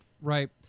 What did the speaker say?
Right